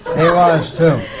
he was, too.